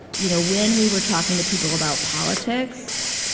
you know, when we were talking to people about politics,